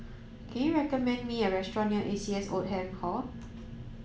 can you recommend me a restaurant near A C S Oldham Hall